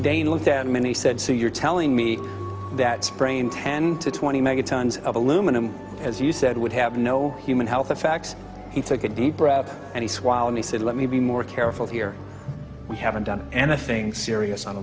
dane looked at many said so you're telling me that spraying ten to twenty mega tons of aluminum as you said would have no human health in fact he took a deep breath and he swallowed he said let me be more careful here we haven't done anything serious on